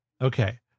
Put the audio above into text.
Okay